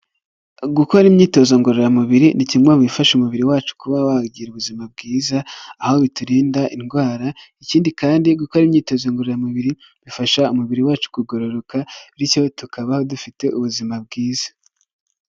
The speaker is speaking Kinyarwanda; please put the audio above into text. Gukora imyitozo ngororamubiri ni kimwe mu bifasha umubiri wacu kuba wagira ubuzima bwiza, aho biturinda indwara ikindi kandi gukora imyitozo ngororamubiri bifasha umubiri wacu kugororoka bityo tukaba dufite ubuzima bwiza.